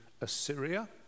Assyria